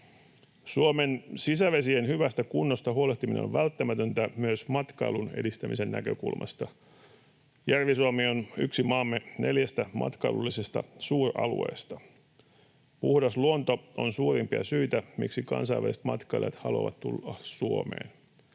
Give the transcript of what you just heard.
Suomen sisävesien hyvästä kunnosta huolehtiminen on välttämätöntä myös matkailun edistämisen näkökulmasta. Järvi-Suomi on yksi maamme neljästä matkailullisesta suur-alueesta. Puhdas luonto on suurimpia syitä, miksi kansainväliset matkailijat haluavat tulla Suomeen.